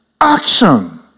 Action